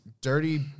dirty